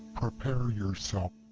prepare yourself!